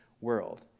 world